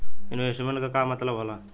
Investment क का मतलब हो ला?